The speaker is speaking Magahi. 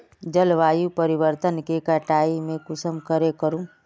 जलवायु परिवर्तन के कटाई में कुंसम करे करूम?